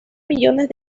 millones